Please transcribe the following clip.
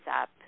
up